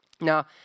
Now